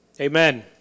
Amen